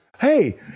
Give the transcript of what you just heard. Hey